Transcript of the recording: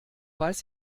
weiß